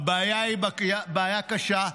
הבעיה היא בעיה קשה,